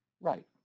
Right